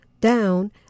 down